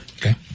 Okay